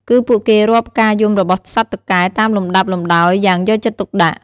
គឺពួកគេរាប់ការយំរបស់សត្វតុកែតាមលំដាប់លំដោយយ៉ាងយកចិត្តទុកដាក់។